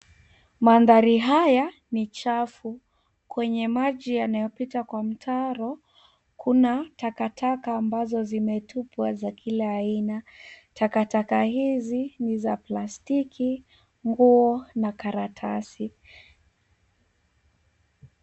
Mandhari haya ni chafu. Kwenye maji yanayopita kwa mtaro kuna takataka ambazo zimetupwa za kila aina. Takataka hizi ni za plastiki, nguo na karatasi.